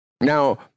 Now